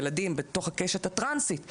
ילדים בתוך הקשת הטרנסית,